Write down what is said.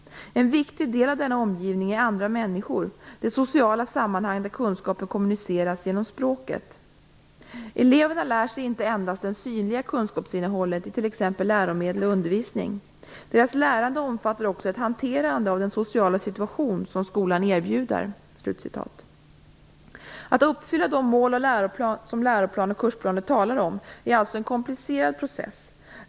En viktig del av denna omgivning är andra människor, det sociala sammanhang där kunskapen kommuniceras genom språket. - Eleverna lär sig inte endast det synliga kunskapsinnehållet i t ex läromedel och undervisning, deras lärande omfattar också ett hanterande av den sociala situation som skolan erbjuder." Att uppfylla de mål som läroplan och kursplaner talar om är alltså en komplicerad process.